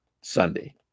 Sunday